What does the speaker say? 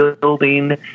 building